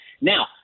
Now